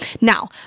Now